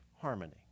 harmony